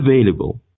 available